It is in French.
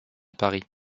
paris